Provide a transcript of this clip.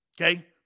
okay